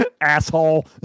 Asshole